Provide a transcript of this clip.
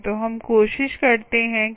तो हम कोशिश करते हैं कि